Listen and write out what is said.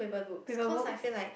paper books